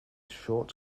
short